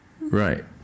Right